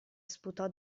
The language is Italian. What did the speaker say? sputò